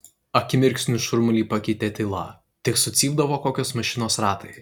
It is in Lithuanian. akimirksniu šurmulį pakeitė tyla tik sucypdavo kokios mašinos ratai